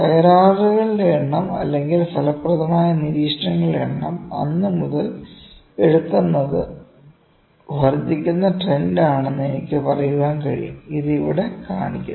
തകരാറുകളുടെ എണ്ണം അല്ലെങ്കിൽ ഫലപ്രദമായ നിരീക്ഷണങ്ങളുടെ എണ്ണം അന്നുമുതൽ എടുക്കുന്നത് വർദ്ദിക്കുന്ന ട്രെൻഡ് ആണെന്ന് എനിക്ക് പറയാൻ കഴിയും ഇത് ഇവിടെ കാണിക്കുന്നു